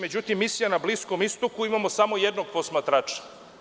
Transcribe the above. Međutim, misija na bliskom istoku, imamo samo jednog posmatrača.